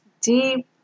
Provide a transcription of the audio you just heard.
deep